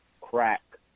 crack